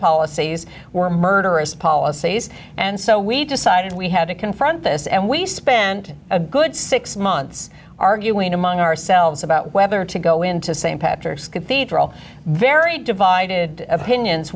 policies were murderous policies and so we decided we had to confront this and we see spent a good six months arguing among ourselves about whether to go into st patrick's cathedral very divided opinions